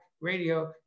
radio